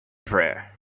prayer